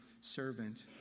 servant